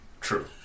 True